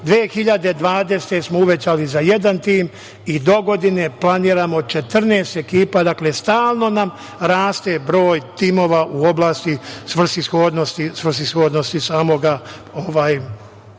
godine smo uvećali za jedan tim i dogodine planiramo 14 ekipa. Dakle, stalno nam raste broj ekipa u oblasti svrsishodnosti